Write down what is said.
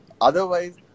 otherwise